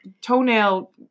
toenail